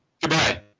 Goodbye